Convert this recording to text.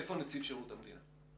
איפה נציב שירות המדינה?